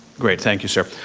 great, thank you sir.